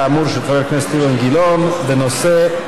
כאמור, של חבר הכנסת אילן גילאון, בנושא: